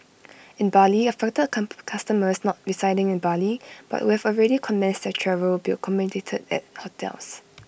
in Bali affected customers not residing in Bali but who have already commenced their travel will be accommodated at hotels